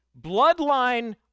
bloodline